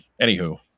Anywho